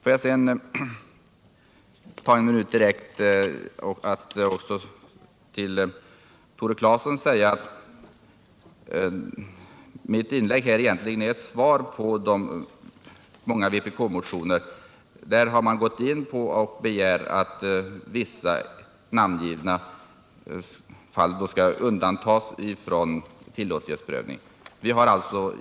Får jag sedan ta en minut i anspråk för att till Tore Claeson säga att mitt inlägg egentligen är ett svar på de många vpk-motioner som kräver att vissa namngivna fall skall undantas från tillåtlighetsprövning.